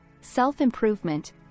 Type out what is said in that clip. self-improvement